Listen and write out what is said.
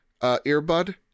earbud